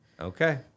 Okay